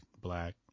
black